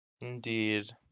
Indeed